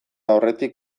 aurretik